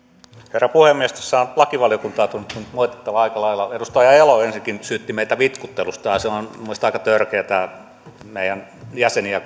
herra puhemies tässä on lakivaliokuntaa tunnuttu nyt moitittavan aika lailla edustaja elo ensinnäkin syytti meitä vitkuttelusta ja se on minun mielestäni aika törkeätä meidän jäseniä